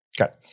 okay